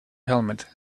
helmet